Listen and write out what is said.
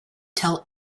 tell